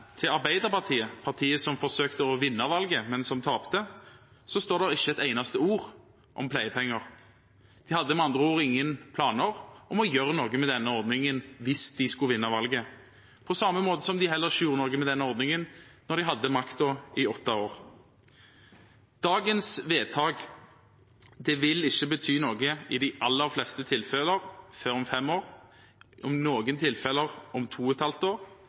til Arbeiderpartiet – partiet som forsøkte å vinne valget, men som tapte – står det ikke et eneste ord der om pleiepenger. De hadde med andre ord ingen planer om å gjøre noe med denne ordningen hvis de skulle vinne valget – på samme måte som de heller ikke gjorde noe med denne ordningen da de hadde makten i åtte år. Dagens vedtak vil i de aller fleste tilfeller ikke bety noe før om fem år – i noen tilfeller om to og et halvt år.